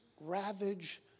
ravage